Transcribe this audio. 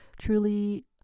truly